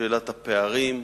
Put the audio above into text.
שאלת הפערים,